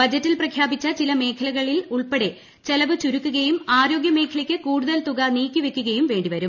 ബജറ്റിൽ പ്രഖ്യാപിച്ചു ചില മേഖലകളിൽ ഉൾപ്പെടെ ചെലവ് ചുരുക്കുകയും ആരോഗൃ മേഖലയ്ക്ക് കൂടുതൽ തുക നീക്കിവെക്കുകയും വേണ്ടിവരും